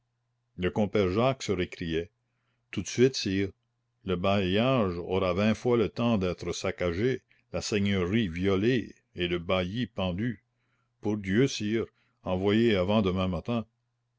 le compère jacques se récria tout de suite sire le bailliage aura vingt fois le temps d'être saccagé la seigneurie violée et le bailli pendu pour dieu sire envoyez avant demain matin